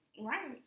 right